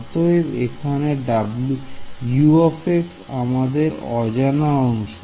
অতএব এখানে U আমাদের অজানা অংশ